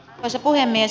arvoisa puhemies